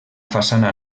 façana